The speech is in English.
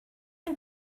and